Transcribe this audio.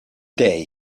day